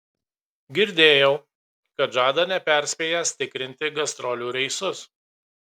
girdėjau kad žada neperspėjęs tikrinti gastrolių reisus